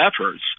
efforts